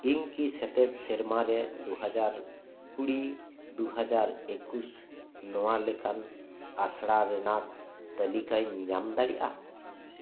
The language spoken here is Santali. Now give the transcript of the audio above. ᱤᱧᱠᱤ ᱠᱤ ᱥᱮᱴᱮᱨ ᱥᱮᱨᱢᱟ ᱨᱮ ᱫᱩᱦᱟᱡᱟᱨ ᱠᱩᱲᱤ ᱫᱩᱦᱟᱡᱟᱨ ᱮᱠᱩᱥ ᱱᱚᱣᱟ ᱞᱮᱠᱟᱱ ᱟᱥᱲᱟ ᱨᱮᱱᱟᱜ ᱛᱟᱹᱞᱤᱠᱟᱹᱧ ᱧᱟᱢ ᱫᱟᱲᱮᱭᱟᱜᱼᱟ